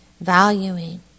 valuing